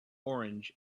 orange